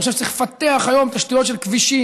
אני חושב שצריך לפתח היום תשתיות של כבישים